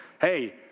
Hey